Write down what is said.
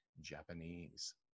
Japanese